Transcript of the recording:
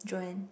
Joann